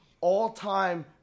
all-time